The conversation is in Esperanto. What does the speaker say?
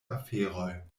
aferoj